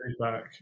feedback